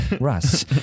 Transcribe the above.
Russ